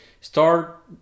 Start